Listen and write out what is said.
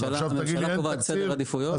הממשלה קובעת סדר עדיפויות,